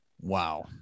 wow